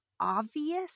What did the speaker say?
obvious